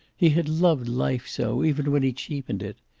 he had loved life so, even when he cheapened it.